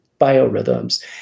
biorhythms